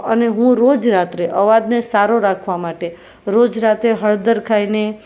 અને હું રોજ રાત્રે અવાજને સારો રાખવા માટે રોજ રાત્રે હળદર ખાઈને